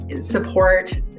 support